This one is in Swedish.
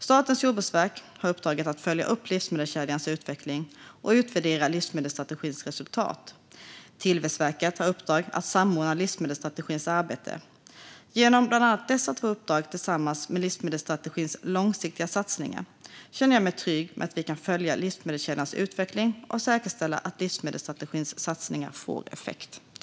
Statens jordbruksverk har uppdraget att följa upp livsmedelskedjans utveckling och utvärdera livsmedelsstrategins resultat. Tillväxtverket har uppdraget att samordna livsmedelsstrategins arbete. Genom bland annat dessa två uppdrag tillsammans med livsmedelsstrategins långsiktiga satsningar känner jag mig trygg med att vi kan följa livsmedelskedjans utveckling och säkerställa att livsmedelsstrategins satsningar får effekt.